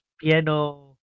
piano